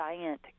giant